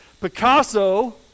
Picasso